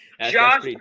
Josh